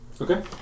Okay